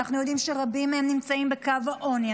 אנחנו יודעים שרבים מהם נמצאים בקו העוני,